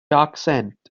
accent